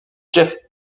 jeff